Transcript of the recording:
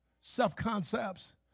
self-concepts